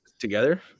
together